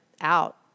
out